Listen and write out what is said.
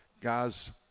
guys